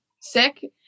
sick